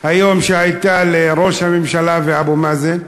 שהייתה היום לראש הממשלה ואבו מאזן.